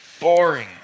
boring